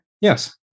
Yes